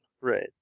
Right